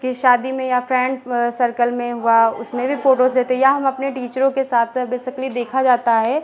किसी शादी में या फ़्रेंड सर्कल में हुआ उसमें भी फ़ोटोज़ लेते हैं या हम अपने टीचरों के साथ बेसिकली देखा जाता है